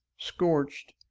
scorched,